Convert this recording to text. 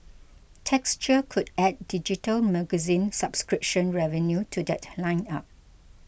texture could add digital magazine subscription revenue to that lineup